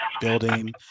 building